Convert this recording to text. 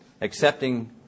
accepting